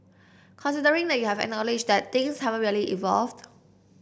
considering that you have acknowledged that things haven't really evolved